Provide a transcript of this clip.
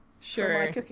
Sure